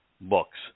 books